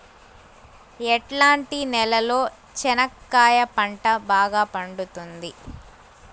ఎట్లాంటి నేలలో చెనక్కాయ పంట బాగా పండుతుంది?